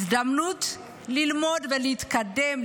הזדמנות ללמוד ולהתקדם,